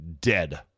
dead